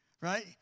right